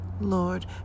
Lord